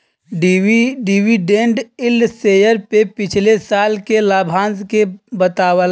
dividend yield share पे पिछले साल के लाभांश के बतावला